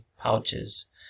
pouches